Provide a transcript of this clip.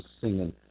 singing